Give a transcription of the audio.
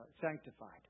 sanctified